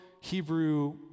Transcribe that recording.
Hebrew